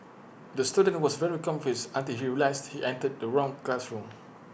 the student was very confused until he realised he entered the wrong classroom